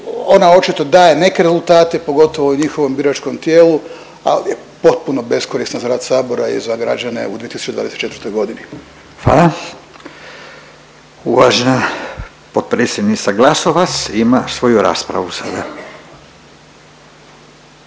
ona očito daje neke rezultate pogotovo u njihovom biračkom tijelu, ali je potpuno beskorisna za rad sabora i za građane u 2024. godini. **Radin, Furio (Nezavisni)** Hvala. Uvažena potpredsjednica Glasovac ima svoju raspravu sada.